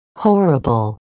horrible